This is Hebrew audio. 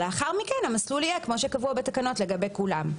לאחר מכן המסלול יהיה כמו שקבוע בתקנות לגבי כולם.